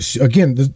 again